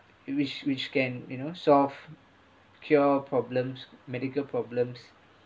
which which can you know solve cure problems medical problems